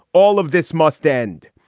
all of this must end.